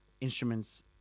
instruments